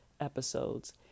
episodes